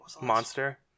monster